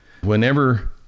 whenever